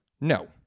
No